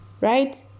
right